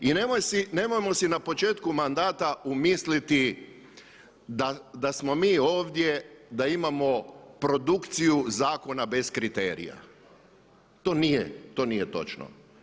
I nemojmo si na početku mandata umisliti da smo mi ovdje, da imamo produkciji zakona bez kriterija, to nije točno.